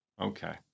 Okay